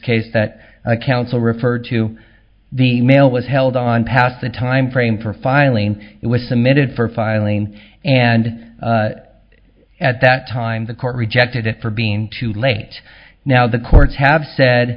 case that i counsel referred to the mail was held on past the time frame for filing it was submitted for filing and at that time the court rejected it for being too late now the courts have said